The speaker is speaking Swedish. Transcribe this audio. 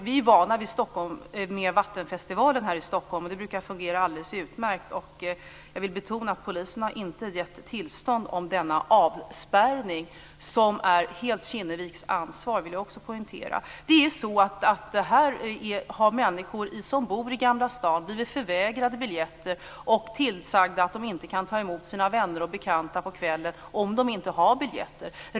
Vi är vana vid Vattenfestivalen här i Stockholm, och det brukar fungera alldeles utmärkt. Jag vill betona att polisen inte har givit tillstånd till denna avspärrning. Den är helt Kinneviks ansvar, det vill jag också poängtera. Här har människor som bor i Gamla stan blivit förvägrade biljetter och tillsagda att de inte kan ta emot sina vänner och bekanta på kvällen om de inte har biljetter.